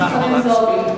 חברת הכנסת חנין זועבי.